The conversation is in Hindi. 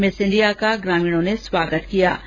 मिस इंडिया का ग्रामीणों ने स्वागत किया ै